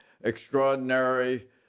extraordinary